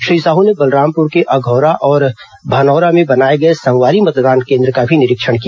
श्री साहू ने बलरामपुर के अधौरा और भनौरा में बनाये गए संगवारी मतदान केन्द्र का निरीक्षण भी किया